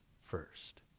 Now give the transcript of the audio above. first